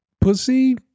pussy